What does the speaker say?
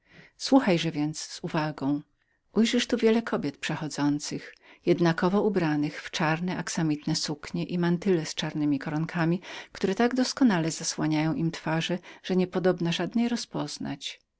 spełnić słuchajże więc z uwagą ujrzysz tu wiele kobiet przechodzących jednakowo ubranych w czarne axamitne suknie i mantylle z czarnemi koronkami które tak doskonale zasłaniają im twarze że niepodobna żadnej rozpoznać